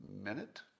minute